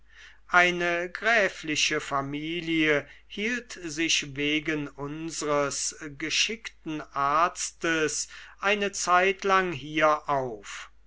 eine gräfliche familie hielt sich wegen unsres geschickten arztes eine zeitlang hier auf